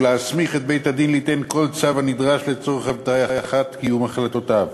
ולהסמיך את בית-הדין ליתן כל צו הנדרש לצורך הבטחת קיום החלטותיו.